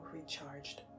recharged